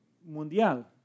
mundial